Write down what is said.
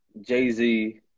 Jay-Z